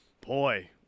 Boy